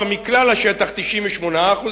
כלומר מכלל השטח, 98%,